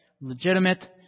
legitimate